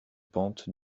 pentes